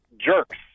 jerks